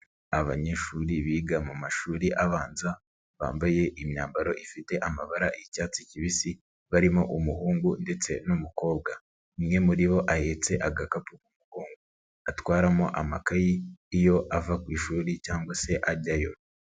Abanyeshuri biga mu mashuri abanza bambaye imyambaro ifite amabara y'icyatsi kibisi barimo umuhungu ndetse n'umukobwa, umwe muri bo ahetse agakapu mu mugongo atwaramo amakayi iyo ava ku ishuri cyangwa se ajyayo.